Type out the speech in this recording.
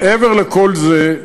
מעבר לכל זה,